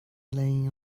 laying